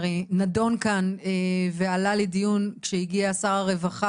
הרי נדון כאן ועלה לדיון כאשר הגיע שר הרווחה